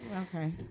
okay